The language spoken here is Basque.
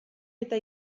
eta